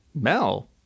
Mel